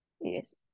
Yes